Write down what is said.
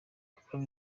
kuba